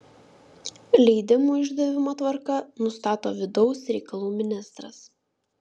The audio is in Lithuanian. leidimų išdavimo tvarką nustato vidaus reikalų ministras